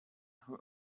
who